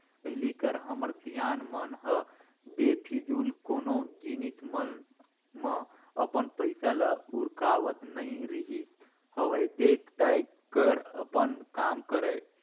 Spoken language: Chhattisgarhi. पहिली कर हमर सियान मन ह बेफिजूल कोनो जिनिस मन म अपन पइसा ल उरकावत नइ रिहिस हवय देख ताएक कर अपन काम करय